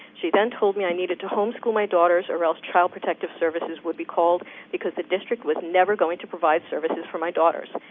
she then told me i needed to home school my daughters, or else child protective services would be called because the district was never going to provide services for my daughters.